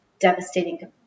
devastating